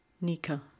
Nika